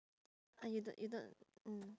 ah you don't you don't mm